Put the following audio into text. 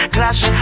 Clash